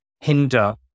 hinder